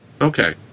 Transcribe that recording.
Okay